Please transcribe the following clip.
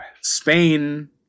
Spain